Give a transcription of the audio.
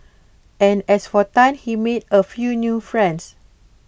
and as for Tan he made A few new friends